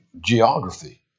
geography